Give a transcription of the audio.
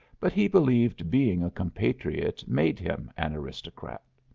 but he believed being a compatriot made him an aristocrat.